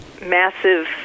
massive